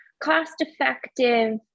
cost-effective